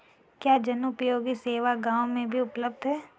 क्या जनोपयोगी सेवा गाँव में भी उपलब्ध है?